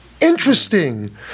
interesting